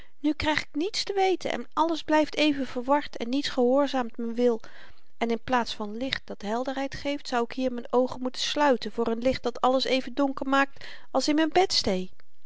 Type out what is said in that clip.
femke nu kryg ik niets te weten en alles blyft even verward en niets gehoorzaamt m'n wil en in plaats van licht dat helderheid geeft zou ik hier m'n oogen moeten sluiten voor n licht dat alles even donker maakt als in m'n